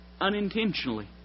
unintentionally